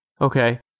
Okay